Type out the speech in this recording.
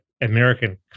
American